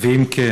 2. אם כן,